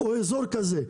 או אזור כזה.